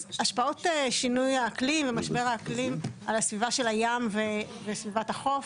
אז השפעות שינוי האקלים ומשבר האקלים על הסביבה של הים וסביבת החוף,